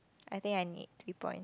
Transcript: I think I need three points